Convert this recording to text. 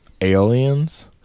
aliens